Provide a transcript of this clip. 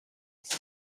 است